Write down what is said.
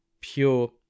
pure